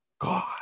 God